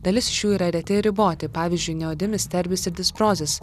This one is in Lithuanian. dalis šių yra reti ir riboti pavyzdžiui neodimis termis ir disprozis